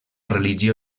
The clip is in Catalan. religió